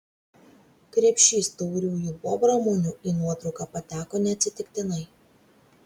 krepšys tauriųjų bobramunių į nuotrauką pateko neatsitiktinai